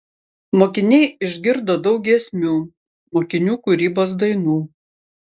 mokiniai išgirdo daug giesmių mokinių kūrybos dainų